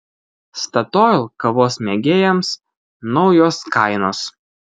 statoil kavos mėgėjams naujos kainos